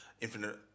Infinite